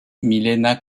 milena